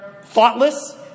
thoughtless